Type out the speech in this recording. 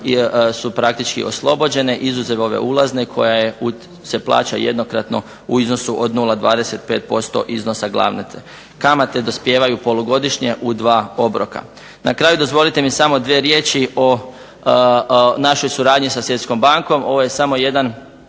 su praktički oslobođene izuzev ove ulazne koja se plaća jednokratno u iznosu od 0,25% iznosa glavne kamate. Kamate dospijevaju polugodišnje u dva obroka. Na kraju dozvolite mi samo dvije riječi o našoj suradnji sa Svjetskom bankom. Ovo je samo jedna